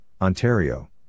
Ontario